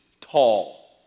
tall